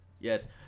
yes